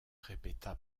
répéta